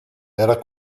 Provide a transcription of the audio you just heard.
era